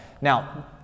Now